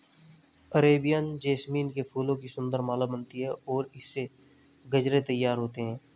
Arabian jasmine के फूलों की सुंदर माला बनती है और इससे गजरे तैयार होते हैं